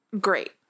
great